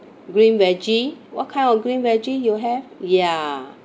green veggie what kind of green veggie you have ya